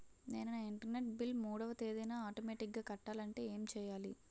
నేను నా internet bill మూడవ తేదీన ఆటోమేటిగ్గా కట్టాలంటే ఏం చేయాలి?